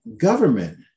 government